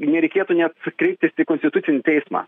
nereikėtų net kreiptis į konstitucinį teismą